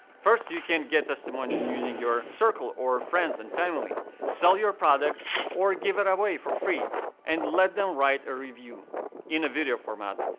first, you can get testimonies using your circle of friends and family. sell your product or give it away for free and let them write a review in a video format,